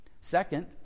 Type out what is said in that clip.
Second